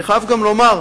אני חייב גם לומר,